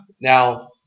now